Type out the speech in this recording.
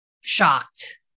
shocked